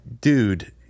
dude